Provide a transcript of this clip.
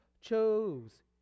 chose